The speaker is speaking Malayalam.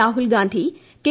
രാഹുൽ ഗാന്ധി കെ